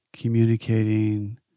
communicating